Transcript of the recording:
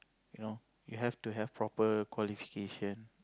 you know you have to have proper qualification